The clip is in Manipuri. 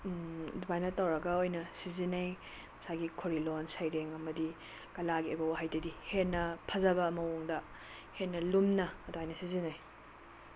ꯑꯗꯨꯃꯥꯏꯅ ꯇꯧꯔꯒ ꯑꯣꯏꯅ ꯁꯤꯖꯤꯟꯅꯩ ꯉꯁꯥꯏꯒꯤ ꯈꯣꯔꯤꯂꯣꯟ ꯁꯩꯔꯦꯡ ꯑꯃꯗꯤ ꯀꯂꯥꯒꯤ ꯑꯣꯏꯕ ꯋꯥꯍꯩꯗꯗꯤ ꯍꯦꯟꯅ ꯐꯖꯕ ꯃꯑꯣꯡꯗ ꯍꯦꯟꯅ ꯂꯨꯝꯅ ꯑꯗꯨꯃꯥꯏꯅ ꯁꯤꯖꯤꯟꯅꯩ